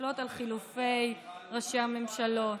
מסתכלות על חילופי ראשי הממשלות.